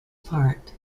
part